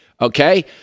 Okay